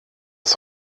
das